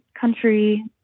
country